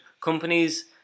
companies